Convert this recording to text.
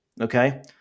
Okay